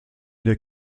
der